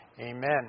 amen